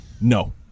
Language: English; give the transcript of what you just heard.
No